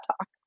talk